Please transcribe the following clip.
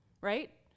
right